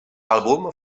àlbum